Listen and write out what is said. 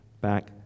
back